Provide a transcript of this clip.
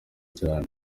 cyane